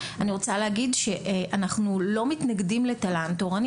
אני רוצה להגיד שאנחנו לא מתנגדים לתל"ן תורני.